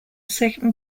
second